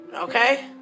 Okay